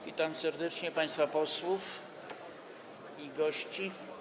Witam serdecznie państwa posłów i gości.